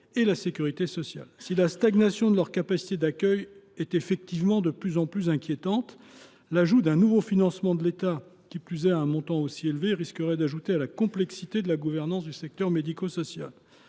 et la sécurité sociale. Si la stagnation de leurs capacités d’accueil est en effet de plus en plus inquiétante, l’ajout d’un nouveau financement de l’État, qui plus est à un montant aussi élevé, risquerait d’ajouter à la complexité de la gouvernance du secteur médico social.